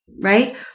right